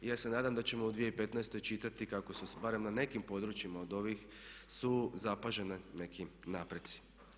I ja se nadam da ćemo u 2015. čitati kako su barem na nekim područjima od ovih su zapaženi neki napredci.